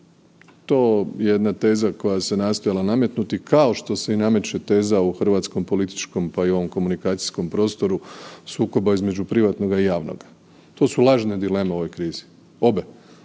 To jedna teza koja se nastojala nametnuti kao što se i nameće teza u hrvatskom političkom pa i u ovome komunikacijskom prostoru sukoba između privatnoga i javnog, to su lažne dileme u ovoj krizi, obe,